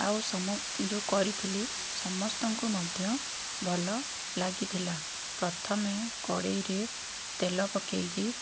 ଆଉ ସମ ଯେଉଁ କରିଥିଲି ସମସ୍ତଙ୍କୁ ମଧ୍ୟ ଭଲ ଲାଗିଥିଲା ପ୍ରଥମେ କଡ଼େଇରେ ତେଲ ପକେଇକି